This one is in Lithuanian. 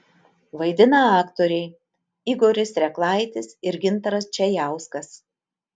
vaidina aktoriai igoris reklaitis ir gintaras čajauskas